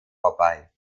vorbei